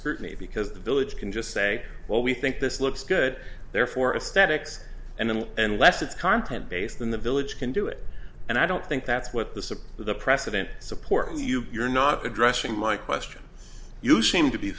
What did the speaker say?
scrutiny because the village can just say well we think this looks good therefore a statics and him unless it's content based in the village can do it and i don't think that's what the support the president supports you you're not addressing my question you seem to be